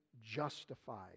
justified